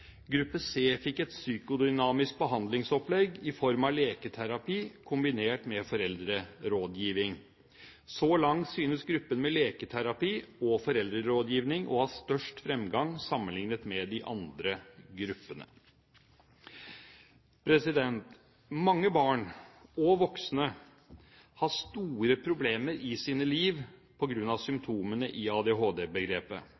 Gruppe C fikk et psykodynamisk behandlingsopplegg i form av leketerapi kombinert med foreldrerådgivning. Så langt synes gruppen med leketerapi og foreldrerådgivning å ha størst fremgang sammenliknet med de andre gruppene. Mange barn og voksne har store problemer i sine liv